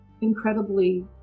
incredibly